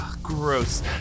Gross